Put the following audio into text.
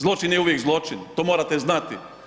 Zločin je uvijek zločin, to morate znati.